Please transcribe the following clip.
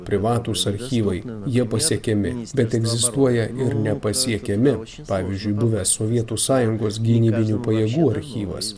privatūs archyvai jie pasiekiami bet egzistuoja ir nepasiekiami pavyzdžiui buvęs sovietų sąjungos gynybinių pajėgų archyvas